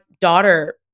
daughter